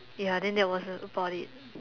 ya then that was about it